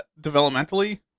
developmentally